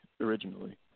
originally